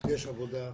יש עבודה,